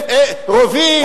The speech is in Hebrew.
רובים,